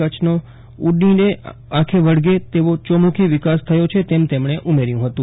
કચ્છનો ઊડીનેઆંખે વળગે તેવો ચોમુખી વિકાસ થયો છે તેમ તેમણે ઉમેર્થું હતું